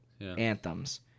Anthems